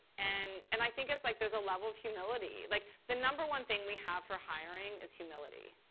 and and i think it's like there's a level of humility. like the number one thing we have for hiring is humility.